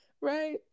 right